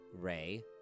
Ray